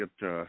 get